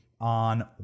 on